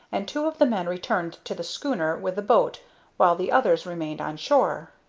and two of the men returned to the schooner with the boat while the others remained on shore.